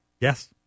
Yes